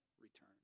return